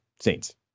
saints